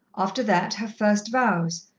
after that, her first vows,